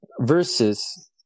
versus